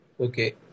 Okay